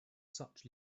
such